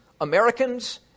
Americans